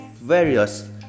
Various